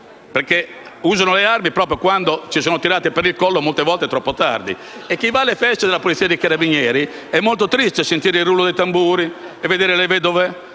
perché usano le armi solo quando sono tirati per il collo, molte volte troppo tardi. Per chi va alle feste della Polizia e dei Carabinieri è molto triste sentire il rullo di tamburi e vedere le vedove,